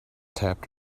tapped